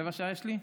יש לי?